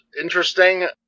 interesting